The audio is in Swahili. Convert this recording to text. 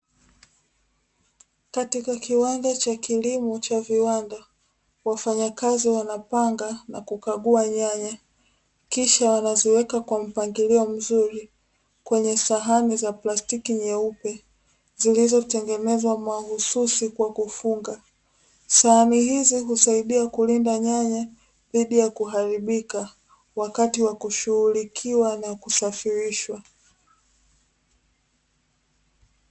Katika kiwanda cha kilimo cha viwanda, wafanyakazi wanapanga na kukagua nyanya, kisha wanaziweka kwa mpangilio mzuri kwenye sahani za plastiki nyeupe zilizotengenezwa mahususi kwa kufunga. Sahani hizi husaidia kulinda nyanya dhidi ya kuharibika wakati wa kushughulikiwa na kusafirishwa.